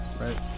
right